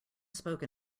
spoke